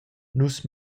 nus